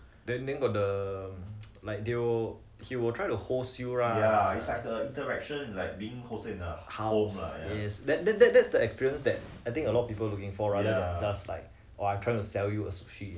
then then got the like they will he will try to host you right house yes that that that's the experience that I think a lot of people looking for other does like or I'm trying to sell you a sushi